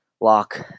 lock